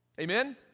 Amen